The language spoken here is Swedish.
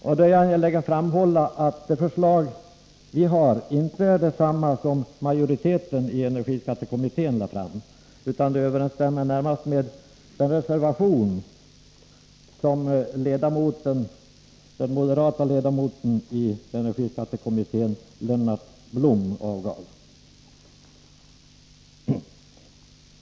Jag är angelägen att framhålla att det förslag vi framför inte är detsamma som majoriteten i energiskattekommittén framlagt, utan närmast överensstämmer med den reservation som den moderata ledamoten i energiskattekommittén Lennart Blom avgav.